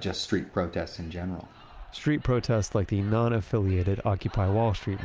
just street protests in general street protests like the non-affiliated occupy wall street